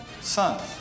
sons